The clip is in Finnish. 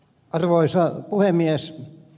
arvoisa puhemies